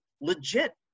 legit